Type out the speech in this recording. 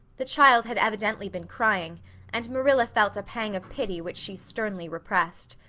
the child had evidently been crying and marilla felt a pang of pity which she sternly repressed.